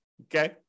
okay